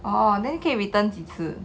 oh then 可以 return 几次